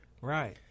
Right